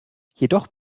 jedoch